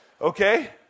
Okay